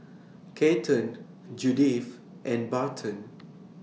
Kathern Judith and Barton